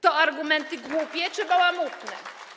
To argumenty głupie czy bałamutne?